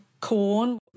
corn